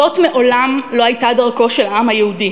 זאת מעולם לא הייתה דרכו של העם היהודי.